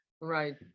Right